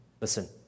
Listen